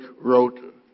wrote